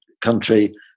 country